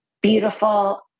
beautiful